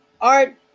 art